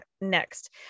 next